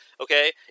Okay